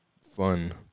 fun